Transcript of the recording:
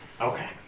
Okay